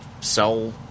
sell